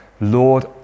Lord